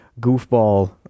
goofball